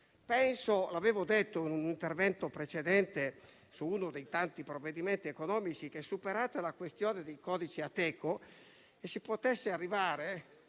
Come ho detto in un mio intervento precedente su uno dei tanti provvedimenti economici, pensavo che, superata la questione dei codici Ateco, si potesse arrivare